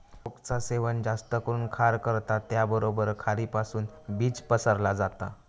ओकचा सेवन जास्त करून खार करता त्याचबरोबर खारीपासुन बीज पसरला जाता